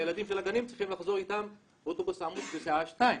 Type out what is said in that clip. הילדים של הגנים צריכים לחזור איתם באוטובוס עמוס בשעה 14:00,